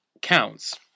counts